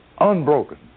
Unbroken